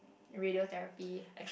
radiotherapy